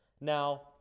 Now